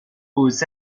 aux